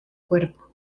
cuerpo